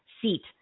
seat